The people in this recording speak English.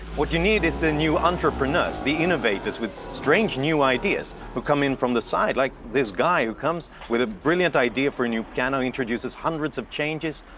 what you need is the new entrepreneurs, the innovators with strange new ideas who come in from the side, like this guy who comes with a brilliant idea for a new piano, introduces hundreds of changes,